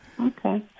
Okay